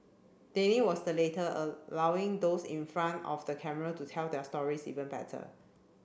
Danny was the latter allowing those in front of the camera to tell their stories even better